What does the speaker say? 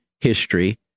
history